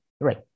Right